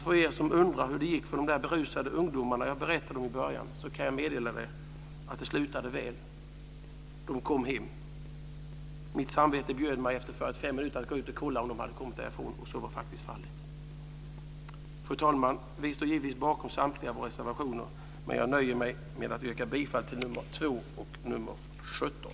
För er som undrar hur det gick för de berusade ungdomar jag berättade om i början kan jag meddela att det slutade väl. De kom hem. Mitt samvete bjöd mig att gå ut och se efter om de hade kommit därifrån, och så var faktiskt fallet. Fru talman! Vi står givetvis bakom samtliga våra reservationer, men jag nöjer mig med att yrka bifall till nr 2 och nr 17.